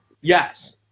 Yes